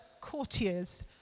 courtiers